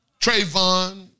Trayvon